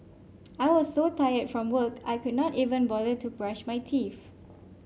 I was so tired from work I could not even bother to brush my teeth